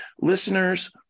listeners